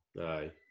Aye